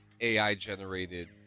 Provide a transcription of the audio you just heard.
AI-generated